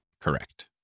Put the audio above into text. Correct